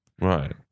Right